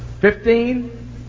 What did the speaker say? Fifteen